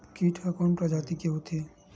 कीट ह कोन प्रजाति के होथे?